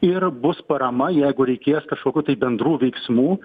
ir bus parama jeigu reikės kažkokių tai bendrų veiksmų